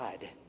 God